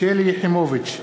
שלי יחימוביץ,